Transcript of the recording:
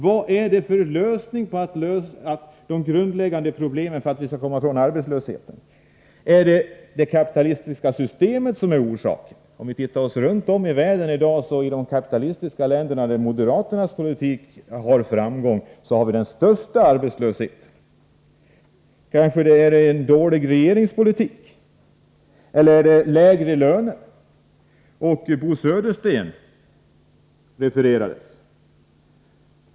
Vad finns det för en lösning på de grundläggande problemen för att vi skall kunna komma ifrån arbetslösheten? Är det det kapitalistiska systemet som är orsaken? Om vi ser på hur det är runt om i världen i dag, märker vi att arbetslösheten är störst i de kapitalistiska länder där moderaterna har framgång. Kanske är en dålig regeringspolitik orsaken, eller skall det vara lägre löner? Man har refererat till Bo Södersten.